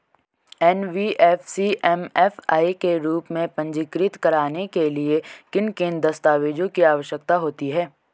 NBFC MFI के रूप में पंजीकृत कराने के लिए किन किन दस्तावेज़ों की आवश्यकता होती है?